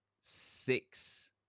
six